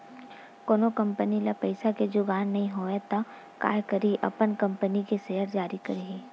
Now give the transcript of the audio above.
कोनो कंपनी ल पइसा के जुगाड़ नइ होवय त काय करही अपन कंपनी के सेयर जारी करही